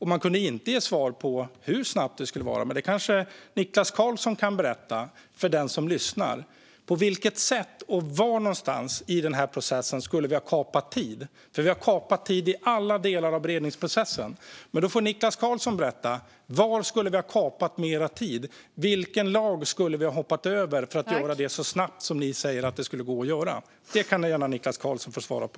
Han kunde inte ge svar på hur snabbt det skulle ske, men det kanske Niklas Karlsson kan berätta för den som lyssnar. På vilket sätt och var någonstans i processen skulle vi ha kapat tid? Vi har kapat tid i alla delar av beredningsprocessen. Niklas Karlsson får berätta: Var skulle vi ha kapat mer tid? Vilken lag skulle vi ha hoppat över för att göra detta så snabbt som ni säger att det skulle gå att göra? Det kan gärna Niklas Karlsson få svara på.